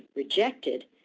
rejected,